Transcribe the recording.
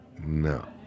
no